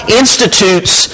institutes